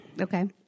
Okay